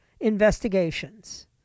investigations